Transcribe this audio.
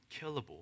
killable